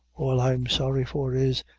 all i'm sorry for is,